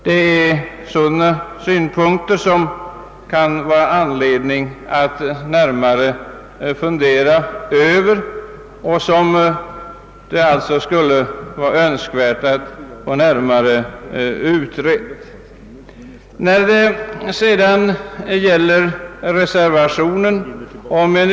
Det är sådana synpunkter som det kan finnas anledning att närmare fundera över och som bör utredas.